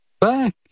back